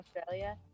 Australia